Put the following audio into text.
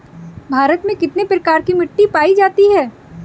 भारत में कितने प्रकार की मिट्टी पायी जाती है?